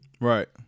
Right